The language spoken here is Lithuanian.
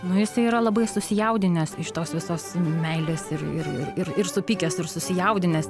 nu jisai yra labai susijaudinęs iš tos visos meilės ir ir ir ir supykęs ir susijaudinęs